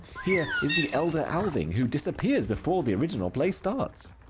here is the elder alving, who disappears before the original play starts.